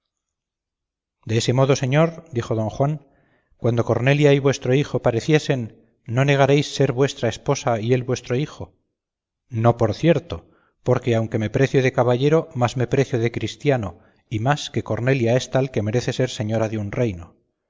dese modo señor dijo don juan cuando cornelia y vuestro hijo pareciesen no negaréis ser vuestra esposa y él vuestro hijo no por cierto porque aunque me precio de caballero más me precio de cristiano y más que cornelia es tal que merece ser señora de un reino